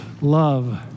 love